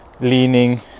leaning